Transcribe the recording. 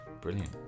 brilliant